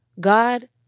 God